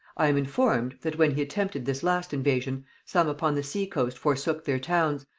i am informed, that when he attempted this last invasion, some upon the sea coast forsook their towns,